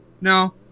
No